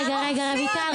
להלן תרגומם: רויטל,